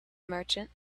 merchant